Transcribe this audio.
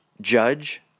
Judge